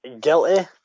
guilty